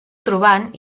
trobant